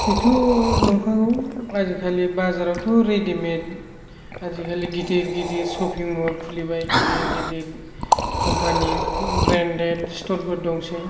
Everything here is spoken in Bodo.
बेथ' नंखागौ आजिखालि बाजारावथ' रेडिमेड आजिखालि गिदिर गिदिर शपिं म'ल खुलिबाय गिदिर गिदिर कम्पानि ब्रेन्डेड स्ट'र फोर दङ